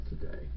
today